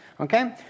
Okay